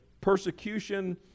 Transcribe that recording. persecution